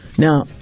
Now